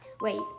Wait